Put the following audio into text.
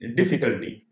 difficulty